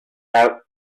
out